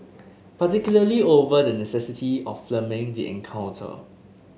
particularly over the necessity of filming the encounter